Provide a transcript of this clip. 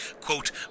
quote